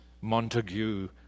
Montague